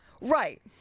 Right